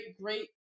great